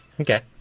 Okay